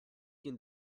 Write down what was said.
can